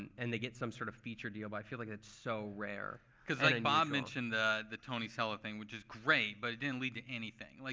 and they get some sort of feature deal. but i feel like that's so rare. because i mean bob mentioned the the tony sella thing, which is great, but it didn't lead to anything. like